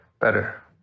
better